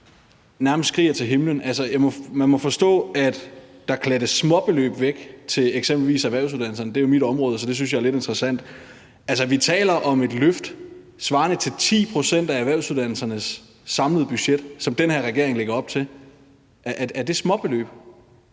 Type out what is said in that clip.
nærmest skriger til himlen. Man må forstå, at der klattes småbeløb væk til eksempelvis erhvervsuddannelserne. Det er jo mit område, så det synes jeg er lidt interessant. Altså, vi taler om, at regeringen har lagt op til et løft svarende til 10 pct. af erhvervsuddannelsernes samlede budget. Er det småbeløb?